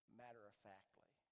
matter-of-factly